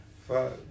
Fuck